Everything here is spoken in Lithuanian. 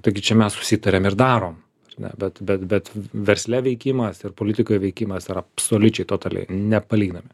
taigi čia mes susitarėm ir darom ar ne bet bet bet versle veikimas ir politikoj veikimas yra absoliučiai totaliai nepalyginami